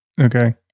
Okay